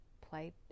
played